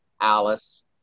Alice